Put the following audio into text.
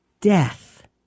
death